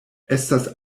estas